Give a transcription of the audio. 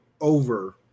over